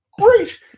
Great